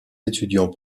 étudiants